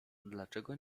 dlaczego